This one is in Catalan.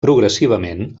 progressivament